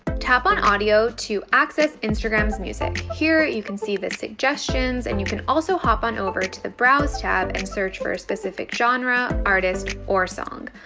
tap on audio to access instagram's music. here you can see the suggestions, and you can also hop on over to the browse tab and search for a specific genre, artist, or song.